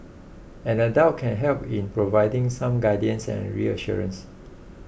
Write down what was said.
an adult can help in providing some guidance and reassurance